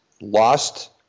lost